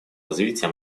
развития